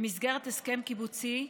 במסגרת הסכם קיבוצי,